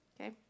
Okay